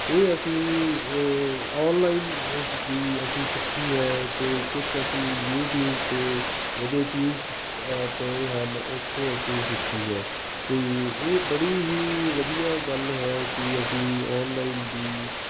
ਇਹ ਅਸੀਂ ਔਨਲਾਈਨ ਸ ਵੀ ਅਸੀਂ ਸਿੱਖੀ ਹੈ ਅਤੇ ਕੁਝ ਅਸੀਂ ਯੂਟਿਊਬ 'ਤੇ ਇਹਦੇ ਟਿਊਟਸ ਪਏ ਹਨ ਉਥੋਂ ਅਸੀਂ ਸਿੱਖੀ ਹੈ ਅਤੇ ਇਹ ਬੜੀ ਹੀ ਵਧੀਆ ਗੱਲ ਹੈ ਕਿ ਅਸੀਂ ਔਨਲਾਈਨ ਵੀ